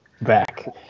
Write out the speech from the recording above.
back